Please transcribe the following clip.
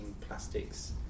plastics